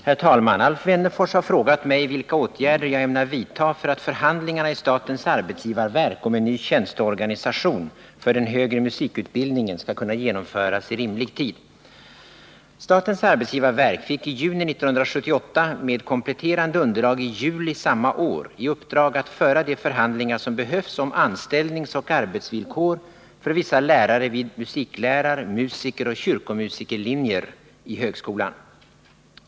Herr talman! Alf Wennerfors har frågat mig om vilka åtgärder jag ämnar vidta för att förhandlingarna i statens arbetsgivarverk om en ny tjänsteorga nisation för den högre musikutbildningen skall kunna genomföras i rimlig tid. Statens arbetsgivarverk fick i juni 1978 med kompletterande underlag i juli samma år i uppdrag att föra de förhandlingar som behövs om anställningsoch arbetsvillkor för vissa lärare vid musiklärar-, musikeroch kyrkomusikerlinjer i högskolan.